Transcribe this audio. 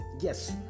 Yes